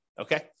okay